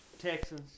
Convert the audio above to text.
Texans